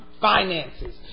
finances